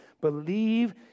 believe